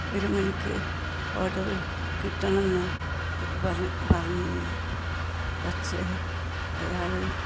ഒരു മണിക്ക് ഓഡറ് കിട്ടണം എന്ന് പറഞ്ഞിന് പക്ഷെ അയാൾ